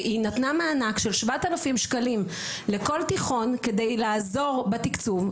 שהיא נתנה מענק של 7,000 ש"ח לכל תיכון כדי לעזור בתקצוב.